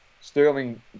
Sterling